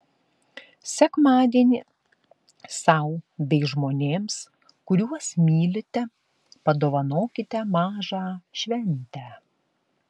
sekmadienį sau bei žmonėms kuriuos mylite padovanokite mažą šventę